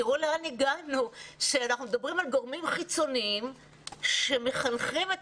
תראו לאן הגענו שאנחנו מדברים על גורמים חיצוניים שמחנכים את